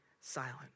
silent